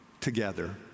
together